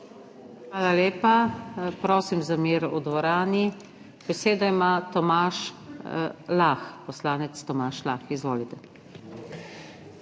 Hvala lepa. Prosim za mir v dvorani. Besedo ima Tomaž Lah. Poslanec Tomaž Lah, izvolite.